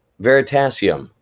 veritasium,